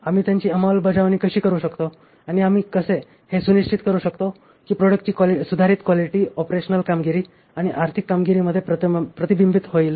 आम्ही त्यांची अंमलबजावणी कशी करू शकतो आणि आम्ही कसे हे सुनिश्चित करू शकतो की प्रॉडक्टची सुधारित क्वालिटी ऑपरेशनल कामगिरी आणि आर्थिक कामगिरीमध्ये प्रतिबिंबित होईल